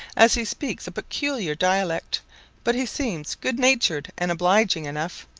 as he speaks a peculiar dialect but he seems good-natured and obliging enough.